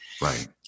Right